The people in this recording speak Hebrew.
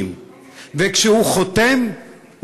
וכשהוא חותם,